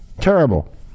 Terrible